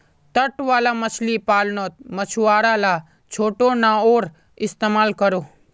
तट वाला मछली पालानोत मछुआरा ला छोटो नओर इस्तेमाल करोह